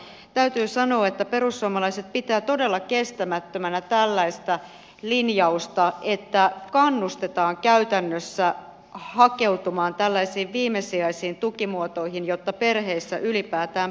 täytyy sanoa että perussuomalaiset pitää todella kestämättömänä tällaista linjausta että kannustetaan käytännössä hakeutumaan tällaisiin viimesijaisiin tukimuotoihin jotta perheissä ylipäätään pärjätään